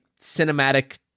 cinematic